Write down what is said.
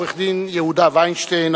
עורך-דין יהודה וינשטיין,